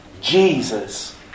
Jesus